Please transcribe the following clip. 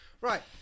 Right